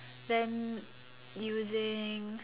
them using